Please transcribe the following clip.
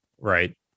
Right